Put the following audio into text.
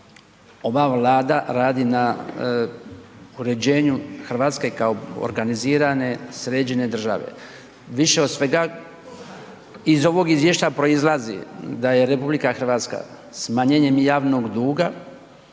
ova Vlada radi na uređenju Hrvatske kao organizirane, sređene države. Više od svega iz ovog izvješća proizlazi da je RH smanjenjem javnog duga,